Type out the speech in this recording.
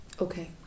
Okay